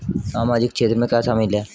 सामाजिक क्षेत्र में क्या शामिल है?